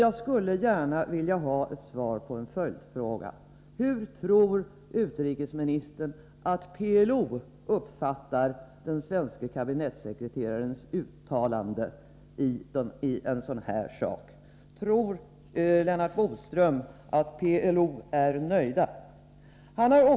Jag skulle gärna vilja ha ett svar på en följdfråga: Hur tror utrikesministern att PLO uppfattar den svenske kabinettssekreterarens uttalande i en sådan här sak? Tror Lennart Bodström att de är nöjda i PLO?